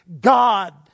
God